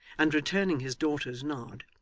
and returning his daughter's nod,